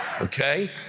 Okay